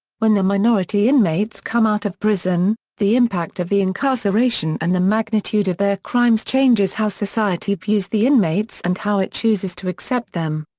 when the minority inmates come out of prison, the impact of the incarceration and the magnitude of their crimes changes how society views the inmates and how it chooses to accept them.